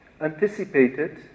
anticipated